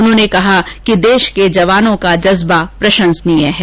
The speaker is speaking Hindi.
उन्होंने कहा कि देश के जवानों का जज्बा प्रशंसनीय है